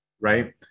Right